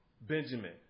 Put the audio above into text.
Benjamin